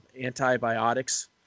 antibiotics